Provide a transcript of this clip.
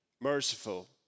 merciful